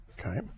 Okay